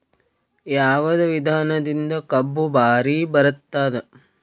ಯಾವದ ವಿಧಾನದಿಂದ ಕಬ್ಬು ಭಾರಿ ಬರತ್ತಾದ?